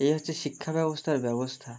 এই হচ্ছে শিক্ষার ব্যবস্থা ব্যবস্থা